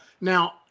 now